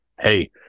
Hey